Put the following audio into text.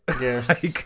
Yes